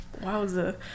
Wowza